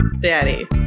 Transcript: daddy